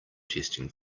testing